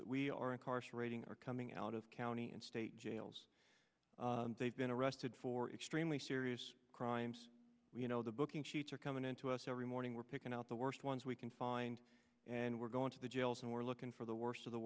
that we are incarcerating are coming out of county and state jails they've been arrested for extremely serious crimes you know the booking sheets are coming into us every morning we're picking out the worst ones we can find and we're going to the jails and we're looking for the worst of the